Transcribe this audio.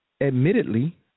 admittedly